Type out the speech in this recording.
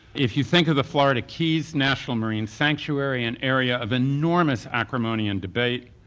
if you think of the florida keys national marine sanctuary, an area of enormous acrimony and debate,